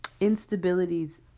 instabilities